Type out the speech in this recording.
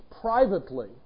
privately